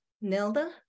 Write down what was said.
Nelda